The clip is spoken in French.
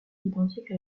identique